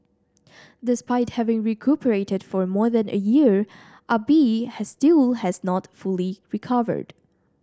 despite having recuperated for more than a year Ah Bi has still has not fully recovered